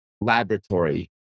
laboratory